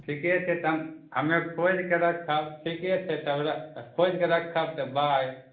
ठीके छै तब हम हम्मे खोजिके रखब ठीके छै तब खोइज के रखब तब बाय